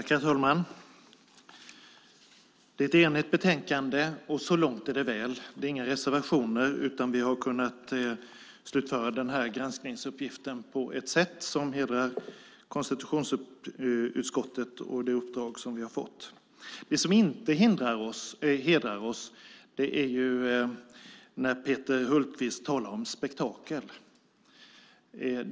Herr talman! Det är ett enigt betänkande, och så långt är det väl. Det är inga reservationer, utan vi har kunnat slutföra granskningsuppgiften på ett sätt som hedrar konstitutionsutskottet och det uppdrag som vi har fått. Det som inte hedrar oss är när Peter Hultqvist talar om spektakel.